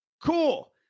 Cool